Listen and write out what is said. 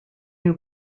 new